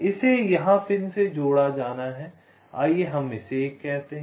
इसे यहाँ पिन से जोड़ा जाना है आइए हम इसे 1 कहते हैं